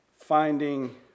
Finding